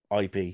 IP